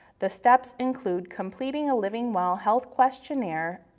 the steps include completing a livingwell health questionnaire,